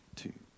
two